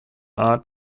art